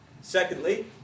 Secondly